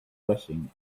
blessing